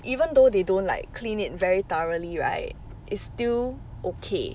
even though they don't like clean it very thoroughly right it's still okay